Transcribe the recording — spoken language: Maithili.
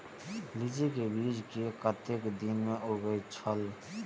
लीची के बीज कै कतेक दिन में उगे छल?